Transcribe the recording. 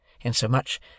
insomuch